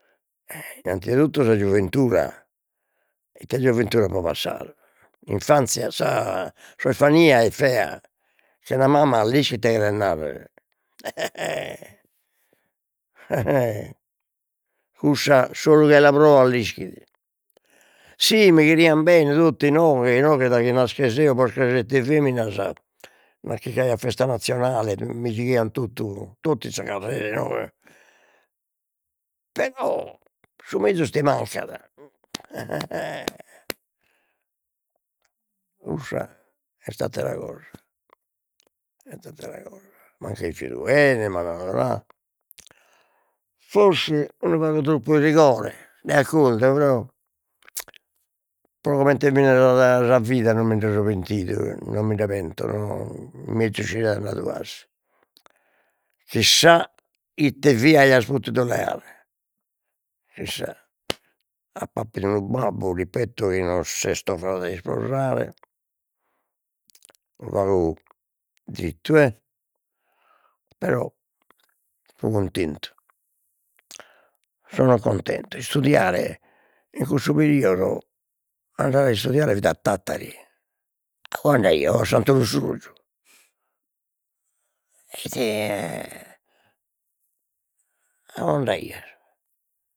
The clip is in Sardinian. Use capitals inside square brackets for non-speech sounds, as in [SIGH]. E innanti 'e totu sa gioventura, ite gioventura apo passadu, s'infanzia, sa s'orfania est fea chena mama l'ischis ite chere narrer [LAUGHS] [HESITATION] e cussa solu chi la proat l'ischit, si mi cherian bene totu inoghe inoghe, daghi naschesi eo posca 'e sette feminas, nachi c'aiat festa nazionale mi gighian totu totu in sa carrera inoghe, però su mezus ti mancat [NOISE] e cussa est attera cosa est attera cosa, m'an cherfidu 'ene m'an 'odoladu, forsi unu pagu troppu rigore de accordu, però pro comente est bennida sa sa vida non minde so pentidu, non minde pento, no mezus chi siet andadu 'asi, chissà ite via aia potidu leare, chissà, app'appidu unu babbu ripeto chi non s'est torradu a isposare, unu pagu zittu e, però so cuntentu, sono contento, istudiare in cussu periodo andare a istudiare fit a Tattari, a ue andaio a Santu Lussurgiu, ite [HESITATION] a ue andaias